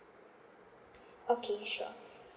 okay sure